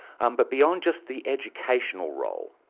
um but beyond just the educational role,